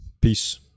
peace